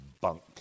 bunk